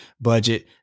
budget